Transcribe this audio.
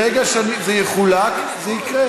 ברגע שזה יחולק, זה יקרה.